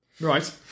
Right